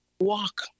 walk